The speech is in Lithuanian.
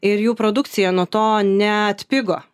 ir jų produkcija nuo to neatpigo